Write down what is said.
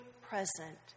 present